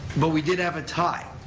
but we did have a tie,